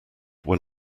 were